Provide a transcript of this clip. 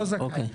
לא זכאי,